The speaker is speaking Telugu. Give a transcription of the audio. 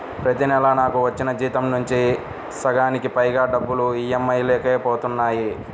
ప్రతి నెలా నాకు వచ్చిన జీతం నుంచి సగానికి పైగా డబ్బులు ఈ.ఎం.ఐ లకే పోతన్నాయి